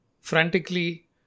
Frantically